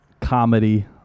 comedy